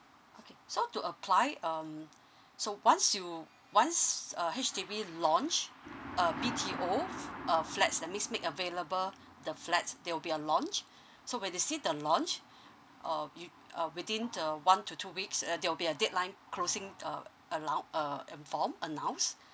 okay so to apply um so once you once uh H_D_B launch uh B_T_O f~ uh flats that means make available the flats there will be a launch so when you see the launch uh you uh within uh one to two weeks uh there will be a deadline closing uh allowed uh um form announced